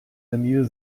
senil